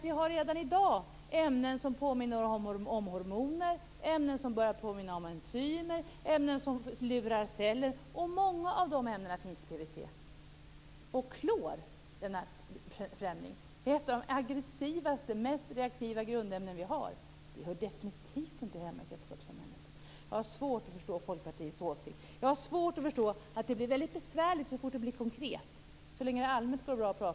Vi har redan i dag ämnen som påminner om hormoner, ämnen som börjar att påminna om enzymer, ämnen som lurar celler, och många av dessa ämnen finns i PVC. Klor är, Lennart Fremling, ett av de aggressivaste och mest reaktiva grundämnen som finns. Det hör definitivt inte hemma i kretsloppssamhället. Jag har svårt att förstå Folkpartiets åsikt. Jag har också svårt att förstå att det blir så väldigt besvärligt så fort det blir konkret. Så länge det är allmänt går det bra att prata.